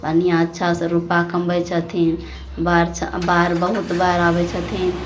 बढ़िऑं अच्छा से रूपा कमबै छथिन बाढ़ि बाढ़ि बहुत बाढ़ि आबै छथिन